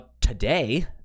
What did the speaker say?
today